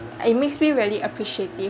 it makes me really appreciative